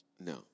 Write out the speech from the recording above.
No